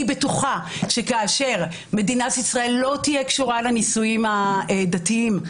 אני בטוחה שכאשר מדינת ישראל לא תהיה קשורה לנישואים הדתיים,